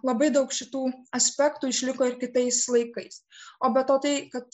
labai daug šitų aspektų išliko ir kitais laikais o be to tai kad